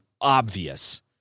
obvious